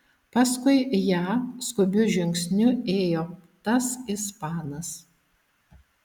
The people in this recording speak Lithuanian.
paskui ją skubiu žingsniu ėjo tas ispanas